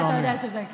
כמו שאר הנואמים.